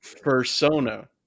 persona